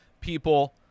people